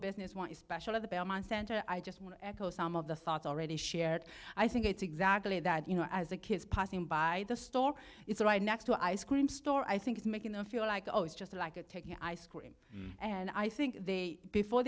business want special of the belmont center i just want to echo some of the thoughts already shared i think it's exactly that you know as a kids passing by the store it's right next to ice cream store i think it's making them feel like oh it's just like a taking ice cream and i think they before